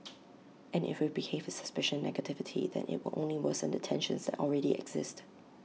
and if we behave with suspicion and negativity then IT will only worsen the tensions that already exist